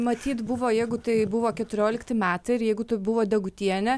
matyt buvo jeigu tai buvo keturiolikti metai ir jeigu tai buvo degutienė